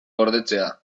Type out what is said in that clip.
gordetzea